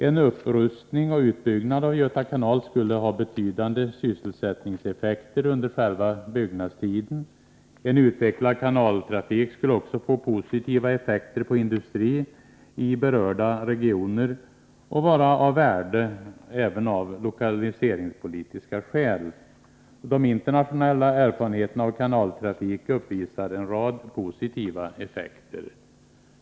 En upprustning och utbyggnad av Göta kanal skulle ha betydande sysselsättningseffekter under själva byggnadstiden. En utvecklad kanaltrafik skulle också få positiva effekter på industrin i berörda regioner och vara av värde även av lokaliseringspolitiska skäl. De internationella erfarenheterna av kanaltrafik uppvisar en rad positiva effekter.